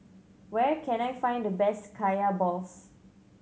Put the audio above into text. where can I find the best Kaya balls